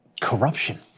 corruption